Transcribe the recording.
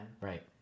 Right